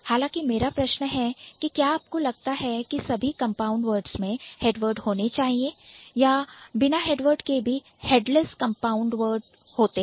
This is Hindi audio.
हालांकि मेरा प्रश्न है कि क्या आपको लगता है कि सभी कंपाउंड वर्ड्स में हेडवर्ड होने चाहिए या बिना हेडवर्ड के भी Headless हेडलेस कंपाउंड वर्ड्स होते हैं